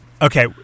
Okay